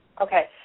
Okay